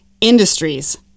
industries